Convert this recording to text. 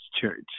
church